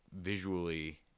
visually